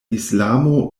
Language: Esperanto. islamo